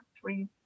three